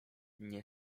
nie